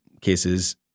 cases